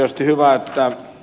arvoisa puhemies